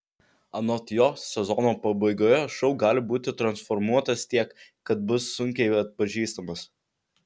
anot jo sezono pabaigoje šou gali būti transformuotas tiek kad bus sunkiai atpažįstamas